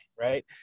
right